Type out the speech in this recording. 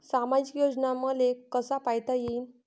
सामाजिक योजना मले कसा पायता येईन?